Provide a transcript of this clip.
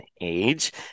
age